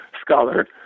scholar